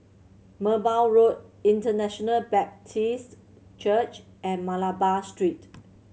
Merbau Road International Baptist Church and Malabar Street